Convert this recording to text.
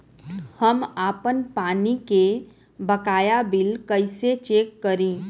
हम आपन पानी के बकाया बिल कईसे चेक करी?